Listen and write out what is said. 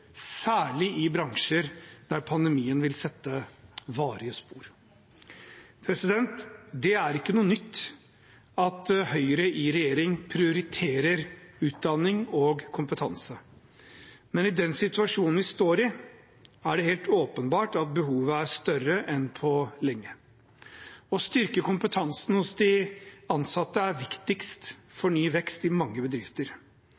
særlig i bransjer der pandemien vil sette varige spor. Det er ikke noe nytt at Høyre i regjering prioriterer utdanning og kompetanse. Men i den situasjonen vi står i, er det helt åpenbart at behovet er større enn på lenge. Å styrke kompetansen hos de ansatte er viktigst for ny vekst i mange bedrifter,